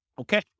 Okay